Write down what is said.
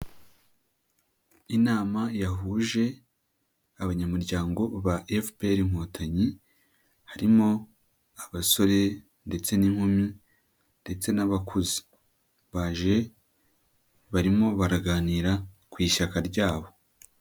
Inama yahuje abanyamuryango ba FPR Inkotanyi, harimo abasore ndetse n'inkumi ndetse n'abakuze, baje barimo baraganira ku ishyaka ryabo.